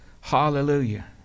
Hallelujah